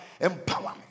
empowerment